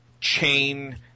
chain